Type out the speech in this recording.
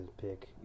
pick